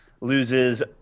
loses